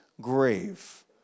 grave